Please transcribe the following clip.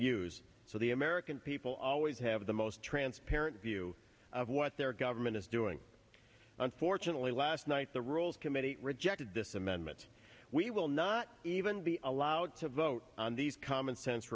use so the american people always have the most transparent view of what their government is doing unfortunately last night the rules committee rejected this amendment we will not even be allowed to vote on these commonsense